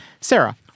Sarah